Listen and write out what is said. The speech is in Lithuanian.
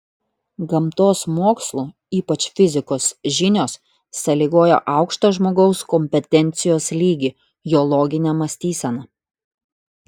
gamtos mokslų ypač fizikos žinios sąlygoja aukštą žmogaus kompetencijos lygį jo loginę mąstyseną